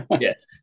Yes